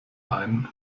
ein